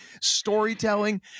storytelling